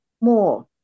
more